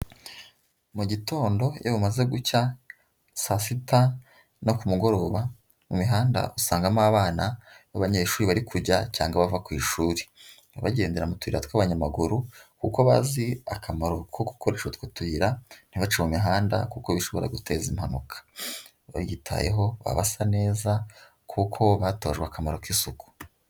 Mu gitondo iyo bumaze gucya saa sita no ku mugoroba imihanda usangamo abana b'abanyeshuri bari kujya cyangwa bava ku ishuri, baba bagendera mu tuyira tw'abanyamaguru kuko bazi akamaro ko gukoresha utwo tuyira, ntibace mu mihanda kuko bishobora guteza impanuka, baba biyitayeho, baba basa neza kuko batojwe akamaro k'isuku.